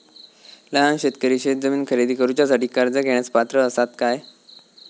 लहान शेतकरी शेतजमीन खरेदी करुच्यासाठी कर्ज घेण्यास पात्र असात काय?